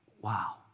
Wow